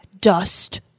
dust